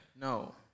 No